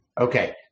Okay